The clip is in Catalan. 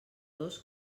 dos